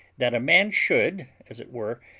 that a man should, as it were,